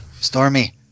Stormy